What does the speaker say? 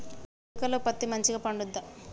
చేలుక లో పత్తి మంచిగా పండుద్దా?